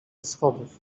schodów